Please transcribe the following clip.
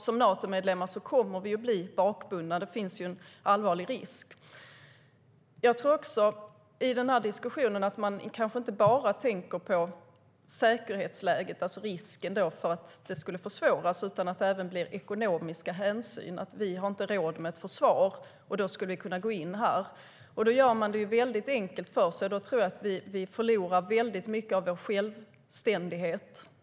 Som Natomedlemmar kommer vi att bli bakbundna. Där finns en allvarlig risk. Jag tror också att man i den här diskussionen kanske inte bara tänker på att säkerhetsläget skulle försvåras utan också tar ekonomiska hänsyn: Vi har inte råd med ett försvar - då skulle vi kunna gå in här. Då gör man det väldigt enkelt för sig, och då tror jag att vi förlorar mycket av vår självständighet.